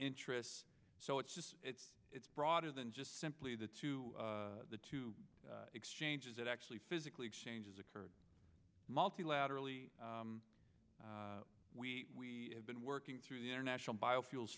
interests so it's just it's it's broader than just simply the two the two exchanges that actually physically exchanges occurred multilaterally we have been working through the international biofuels